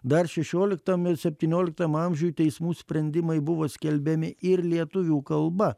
dar šešioliktam septynioliktam amžiuj teismų sprendimai buvo skelbiami ir lietuvių kalba